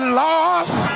lost